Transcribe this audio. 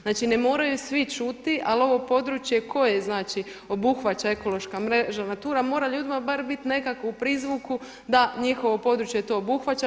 Znači ne moraju svi čuti, ali ovo područje koje, znači obuhvaća ekološka mreža NATURA mora ljudima bar biti u nekakvom prizvuku da njihovo područje to obuhvaća.